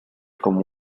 como